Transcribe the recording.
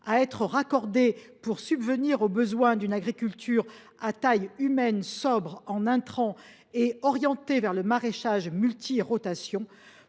% sont raccordés pour subvenir aux besoins d’une agriculture à taille humaine, sobre en intrants et orientée vers le maraîchage multirotation,